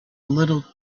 little